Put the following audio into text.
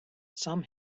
some